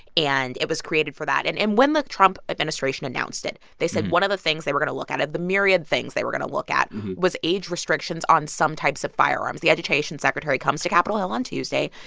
and it was created for that. and and when the trump administration announced it, they said one of the things they were going to look out of the myriad things they were going to look at was age restrictions on some types of firearms. the education secretary comes to capitol hill on tuesday.